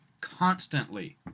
constantly